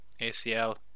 ACL